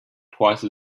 twice